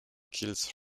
kills